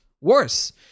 worse